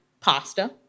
pasta